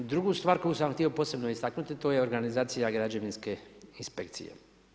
Druga stvar koju sam htio posebno istaknuti to je organizacija građevinske inspekcije.